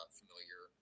familiar